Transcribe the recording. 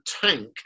tank